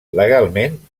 legalment